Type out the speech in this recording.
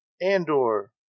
Andor